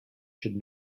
should